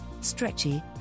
stretchy